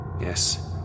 Yes